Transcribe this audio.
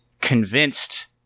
convinced